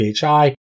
PHI